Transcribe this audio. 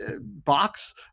box